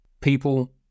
people